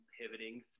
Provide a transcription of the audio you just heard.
pivoting